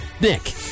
Nick